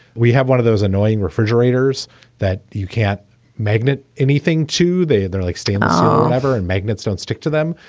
we have one of those annoying refrigerators that you can't magnet anything to. they. they're like stainless um ever. and magnets don't stick to them,